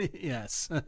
Yes